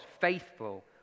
faithful